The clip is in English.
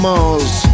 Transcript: Mars